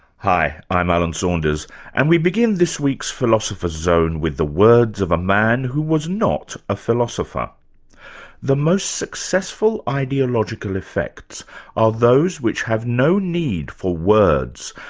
hi, i'm alan saunders and we begin this week's philosopher's zone with the words of a man who was not a philosopher the most successful ideological effects are those which have no need for words,